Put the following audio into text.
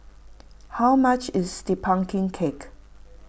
how much is the Pumpkin Cake